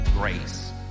grace